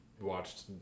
watched